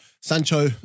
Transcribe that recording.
Sancho